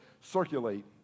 circulate